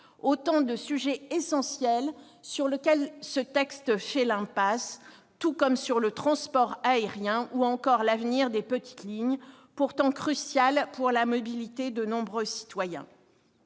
autant de sujets essentiels sur lesquels ce texte fait l'impasse, tout comme sur ceux du transport aérien ou de l'avenir des petites lignes, pourtant cruciales pour la mobilité de nombreux citoyens.